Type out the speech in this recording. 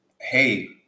hey